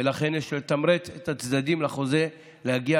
ולכן יש לתמרץ את הצדדים לחוזה להגיע